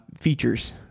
features